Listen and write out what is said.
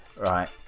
right